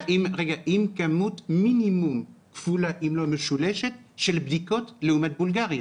עם כמות מינימום כפולה אם לא משולשת של בדיקות לעומת בולגריה.